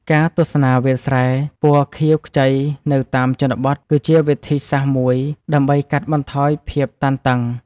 ការទស្សនាវាលស្រែពណ៌ខៀវខ្ចីនៅតាមជនបទ គឺជាវិធីសាស្ត្រមួយដើម្បីកាត់បន្ថយភាពតានតឹង។